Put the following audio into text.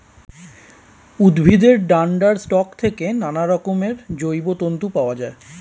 উদ্ভিদের ডান্ডার স্টক থেকে নানারকমের জৈব তন্তু পাওয়া যায়